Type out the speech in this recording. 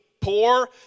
poor